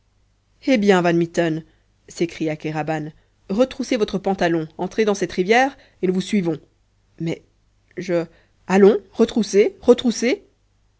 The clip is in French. eh bien van mitten s'écria kéraban retroussez votre pantalon entrez dans cette rivière et nous vous suivons mais je allons retroussez retroussez